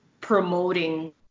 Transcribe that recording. promoting